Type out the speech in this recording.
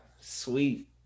sweet